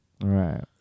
Right